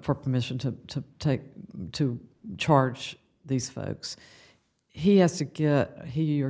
for permission to take to charge these folks he has to get he or